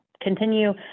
continue